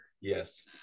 Yes